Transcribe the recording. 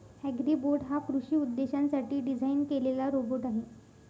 Agribot हा कृषी उद्देशांसाठी डिझाइन केलेला रोबोट आहे